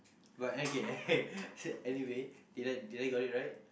but okay anyway did I did I got it right